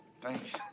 Thanks